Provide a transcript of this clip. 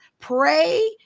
Pray